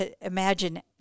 imagine